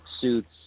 suits